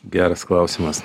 geras klausimas